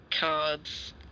Cards